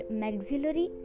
maxillary